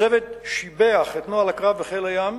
הצוות שיבח את נוהל הקרב בחיל הים,